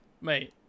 Mate